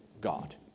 God